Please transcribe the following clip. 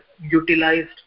utilized